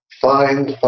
find